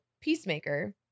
Peacemaker